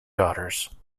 daughters